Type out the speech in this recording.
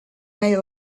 may